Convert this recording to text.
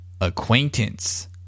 acquaintance